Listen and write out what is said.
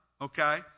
okay